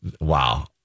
Wow